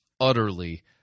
utterly